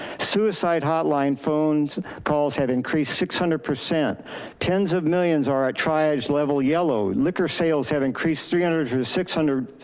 suicide hotline phones calls have increased six hundred. tens of millions are at triage level yellow. liquor sales have increased three hundred to six hundred.